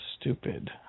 stupid